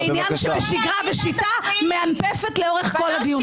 כעניין שבשגרה ושיטה מאנפפת לאורך כל הדיון.